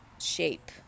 shape